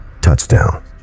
Touchdown